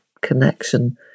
connection